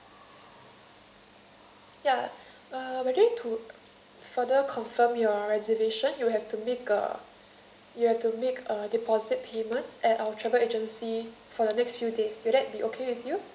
ya uh we like to further confirm your reservation you have to make a you have to make a deposit payments at our travel agency for the next few days will that be okay with you